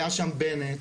היה שם בנט,